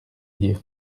dire